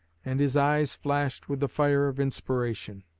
and his eyes flashed with the fire of inspiration.